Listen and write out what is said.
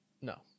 No